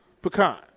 Pecan